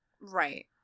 Right